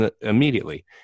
immediately